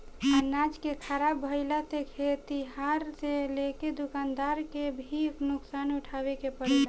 अनाज के ख़राब भईला से खेतिहर से लेके दूकानदार के भी नुकसान उठावे के पड़ेला